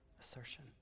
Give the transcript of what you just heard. assertion